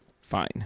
Fine